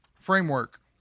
Framework